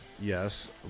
yes